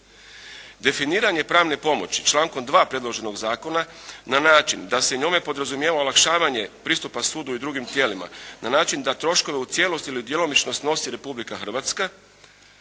Definiranje pravne pomoći člankom 2. predloženog zakona na način da se njome podrazumijeva olakšavanje pristupa sudu i drugim tijelima na način da troškove u cijelosti ili djelomično snosi Republika Hrvatska